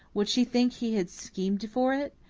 would she think he had schemed for it?